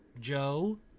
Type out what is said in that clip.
Joe